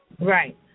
Right